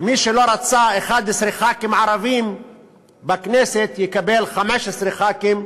מי שלא רצה 11 חברי כנסת ערבים בכנסת יקבל 15 חברי כנסת,